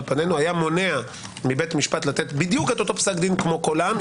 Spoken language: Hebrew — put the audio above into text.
פנינו היה מונע מבית משפט לתת בדיוק את אותו פסק דין כמו קול העם?